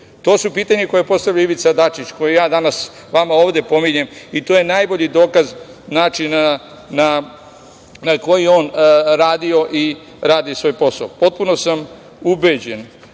To su pitanja koja postavlja Ivica Dačić, koja ja danas vama ovde pominjem i to je najbolji dokaz načina na koji je on radio i radi svoj posao. Potpuno sam ubeđen